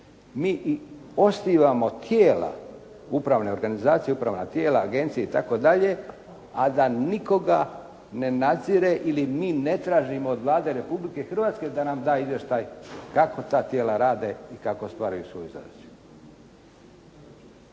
Mi osnivamo tijela, upravne organizacije, upravna tijela, agencije itd. a da nikoga ne nadzire ili mi ne tražimo od Vlade Republike Hrvatske da nam da izvještaj kako ta tijela rade i kako ostvaruju svoju zadaću.